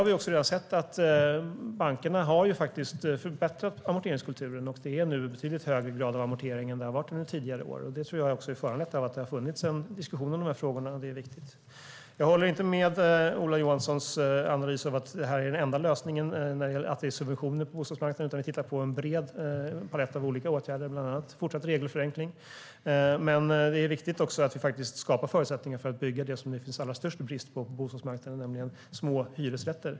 Bankerna har redan förbättrat amorteringskulturen. Det är nu betydligt högre grad av amortering än under tidigare år. Det tror jag har föranletts av att det har funnits en diskussion om de här frågorna. Det är viktigt. Jag håller inte med om Ola Johanssons analys av att vår enda lösning skulle vara subventioner på bostadsmarknaden. Vi tittar på en bred palett av åtgärder, bland annat fortsatt regelförenkling. Det är dock viktigt att vi skapar förutsättningar för att bygga det som det är allra störst brist på på bostadsmarknaden, nämligen små hyresrätter.